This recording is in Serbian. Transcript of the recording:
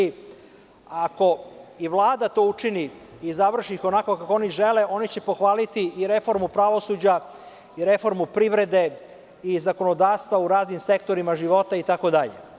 Ako i Vlada to učini i završi ih onako kako oni žele, oni će pohvaliti i reformu pravosuđa i reformu privrede i zakonodavstva u raznim sektorima života itd.